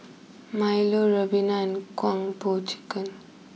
Milo Ribena and Po Chicken